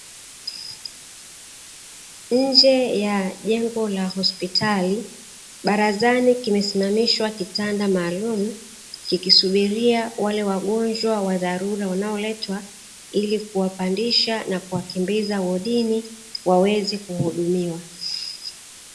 Nje ya jengo la hospitali barazani kimesimamishwa kitanda maalumu, kikisubiria wale wagonjwa wa dharura wanaoletwa ili kuwapandisha na kuwakimbiza wodini waweze kuhudumiwa.